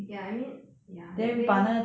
ya I mean ya that day